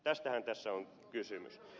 tästähän tässä on kysymys